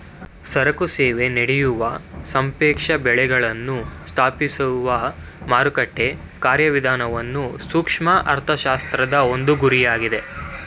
ಸರಕು ಸೇವೆ ನಡೆಯುವ ಸಾಪೇಕ್ಷ ಬೆಳೆಗಳನ್ನು ಸ್ಥಾಪಿಸುವ ಮಾರುಕಟ್ಟೆ ಕಾರ್ಯವಿಧಾನವನ್ನು ಸೂಕ್ಷ್ಮ ಅರ್ಥಶಾಸ್ತ್ರದ ಒಂದು ಗುರಿಯಾಗಿದೆ